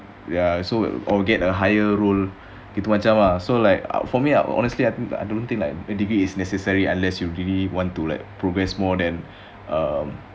ya so or get a higher role gitu macam ah so like for me honestly I don't think a degree is necessary unless you really want to like progress more than err